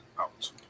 out